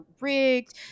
rigged